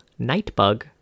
Nightbug